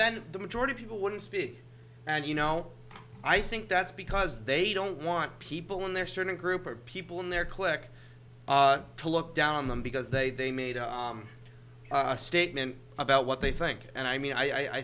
then the majority of people wouldn't be and you know i think that's because they don't want people in their certain group or people in their click to look down on them because they they made a statement about what they think and i mean i